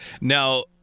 Now